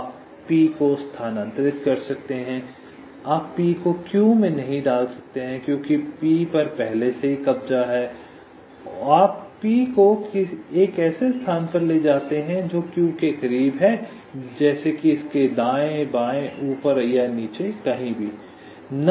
आप p को स्थानांतरित करते हैं आप p को q में नहीं डाल सकते हैं क्योंकि p पर पहले से ही कब्जा है आप p को एक ऐसे स्थान पर ले जाते हैं जो q के करीब है जैसे कि इसके दाएं बाएं ऊपर नीचे कहीं भी